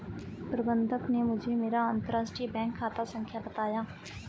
प्रबन्धक ने मुझें मेरा अंतरराष्ट्रीय बैंक खाता संख्या बताया